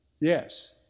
Yes